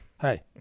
hey